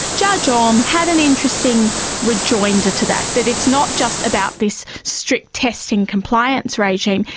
judge alm had an interesting rejoinder to that, that it's not just about this strict testing compliance regime,